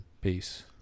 Peace